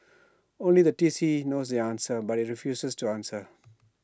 only the T C knows the answer but IT refuses to answer